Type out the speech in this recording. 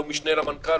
לא משנה למנכ"ל,